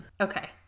Okay